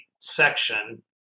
section